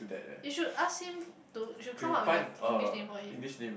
you should ask him to you should come up with a English name for him